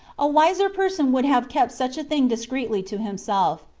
a wiser person would have kept such a thing discreetly to himself,